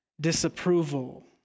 disapproval